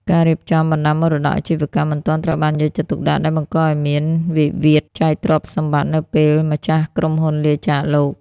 ការរៀបចំ "បណ្ដាំមរតកអាជីវកម្ម" មិនទាន់ត្រូវបានយកចិត្តទុកដាក់ ដែលបង្កឱ្យមានវិវាទបែងចែកទ្រព្យសម្បត្តិនៅពេលម្ចាស់ក្រុមហ៊ុនលាចាកលោក។